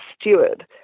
steward